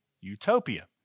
utopia